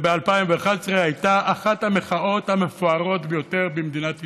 ב-2011 הייתה אחת המחאות המפוארות ביותר במדינת ישראל.